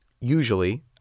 usually